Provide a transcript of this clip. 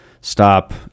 stop